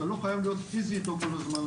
אתה לא חייב להיות פיסית כל הזמן,